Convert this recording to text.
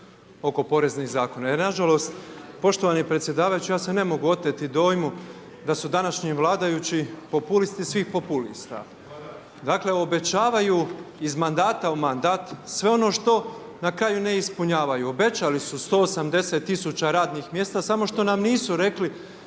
oko Poreznih zakona. Jer nažalost, poštovani predsjedavajući, ja se ne mogu oteti dojmu da su današnji vladajući populisti svih populista. Dakle, obećavaju iz mandata u mandat sve ono što na kraju ne ispunjavaju. Obećali su 180 000 radnih mjesta, samo što nam nisu rekli